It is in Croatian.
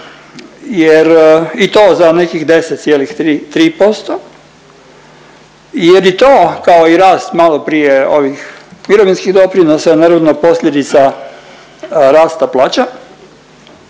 jer i to za nekih 10,3% jer i to kao i rast maloprije ovih mirovinskih doprinosa naravno posljedica rasta plaća.